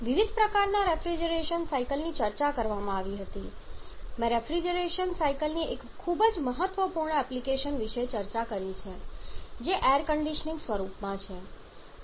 વિવિધ પ્રકારના રેફ્રિજરેશન સાયકલની ચર્ચા કરવામાં આવી હતી મેં રેફ્રિજરેશન સાયકલની એક ખૂબ જ મહત્વપૂર્ણ એપ્લિકેશન વિશે પણ ચર્ચા કરી છે જે એર કન્ડીશનીંગના સ્વરૂપમાં છે